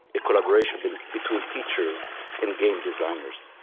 collaboration but between teachers and game designers.